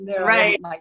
Right